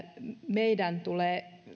meidän tulee